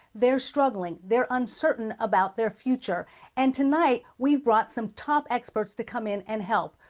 they're struggling they're uncertain about their future and tonight we've brought some top experts to come in and help.